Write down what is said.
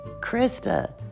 Krista